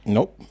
Nope